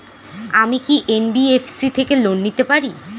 আমি কি এন.বি.এফ.সি থেকে লোন নিতে পারি?